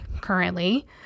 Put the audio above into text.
currently